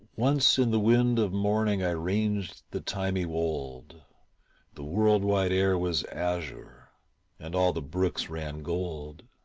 once in the wind of morning i ranged the thymy wold the world-wide air was azure and all the brooks ran gold.